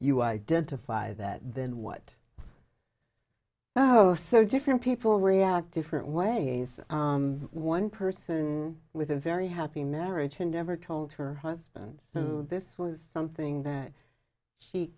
you identify that then what oh so different people react different ways one person with a very happy marriage who never told her husband this was something that he